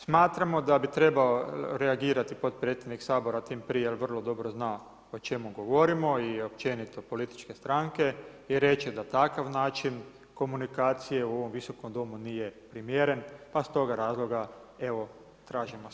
Smatramo da bi trebao reagirati podpredsjednik Sabora tim prije jer vrlo dobro zna o čemu govorimo i općenito političke stranke i reći da takav način komunikacije u ovom visokom domu nije primjeren pa stoga razloga evo tražimo stanku.